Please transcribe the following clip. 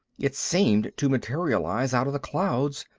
it seemed to materialize out of the clouds,